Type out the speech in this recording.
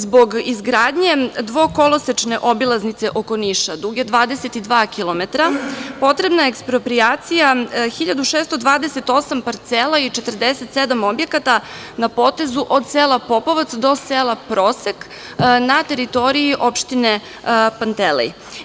Zbog izgradnje dvokolosečne obilaznice oko Niša, duge 22 kilometra, potrebna je eksproprijacija 1.628 parcela i 47 objekata na potezu od sela Popovac do sela Prosek na teritoriji opštine Pantelej.